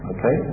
Okay